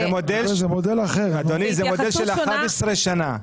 אדוני, זה מודל של 11 שנה,